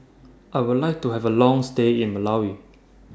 I Would like to Have A Long stay in Malawi